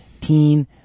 teen